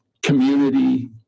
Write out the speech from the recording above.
Community